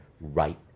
right